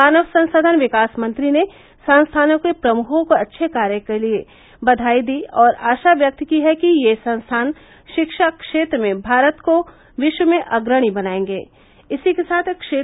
मानव संसाधन विकास मंत्री ने संस्थानों के प्रमुखों को अच्छे कार्य के लिए बधाई दी और आशा व्यक्त की कि ये संस्थान शिक्षा क्षेत्र में भारत को विश्व में अग्रणी बनाएंगे